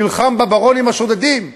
שנלחם ב"ברונים השודדים";